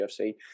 UFC